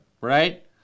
right